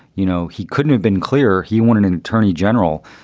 you know, he couldn't have been clearer. he wanted an attorney general.